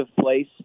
place